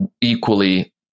equally